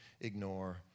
ignore